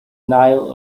nile